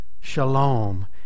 shalom